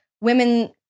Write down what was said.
women